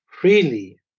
freely